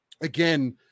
again